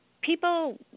people